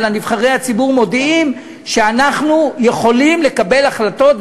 אלא נבחרי הציבור מודיעים שאנחנו יכולים לקבל החלטות,